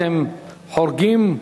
אתם חורגים.